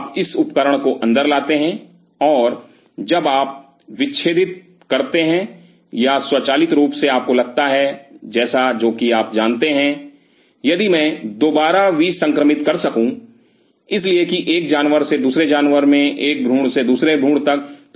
तो आप इस उपकरण को अंदर लाते हैं और जब आप विच्छेदित करते हैं या स्वचालित रूप से आपको लगता है जैसा जो कि आप जानते हैं यदि मैं दोबारा विसंक्रमित कर सकू इसलिए कि एक जानवर से दूसरे जानवर में एक भ्रूण से दूसरे भ्रूण तक